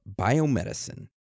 biomedicine